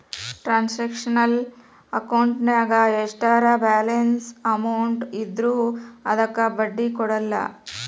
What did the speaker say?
transactional ಅಕೌಂಟಿನ್ಯಾಗ ಎಷ್ಟರ balance amount ಇದ್ರೂ ಅದಕ್ಕ ಬಡ್ಡಿ ಕೊಡಲ್ಲ